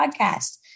podcast